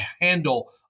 handle